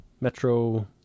Metro